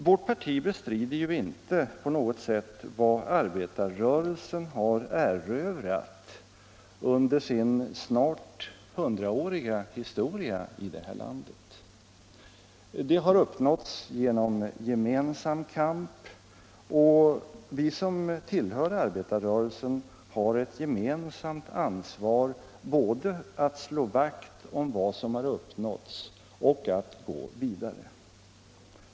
Vårt parti ifrågasätter ju inte på något vis vad arbetarrörelsen har erövrat under sin snart hundraåriga historia i det här landet. Det har uppnåtts genom gemensam kamp, och vi som tillhör arbetarrörelsen har ett gemensamt ansvar både att slå vakt om vad som har uppnåtts och att gå vidare.